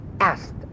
asked